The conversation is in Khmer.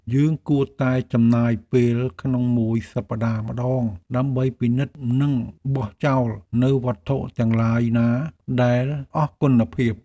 យើងគួរតែចំណាយពេលក្នុងមួយសប្តាហ៍ម្តងដើម្បីពិនិត្យនិងបោះចោលនូវវត្ថុទាំងឡាយណាដែលអស់គុណភាព។